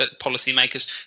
policymakers